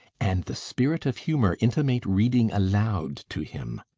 and the spirit of humours intimate reading aloud to him!